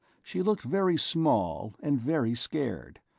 she looked very small and very scared,